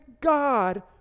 God